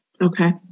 Okay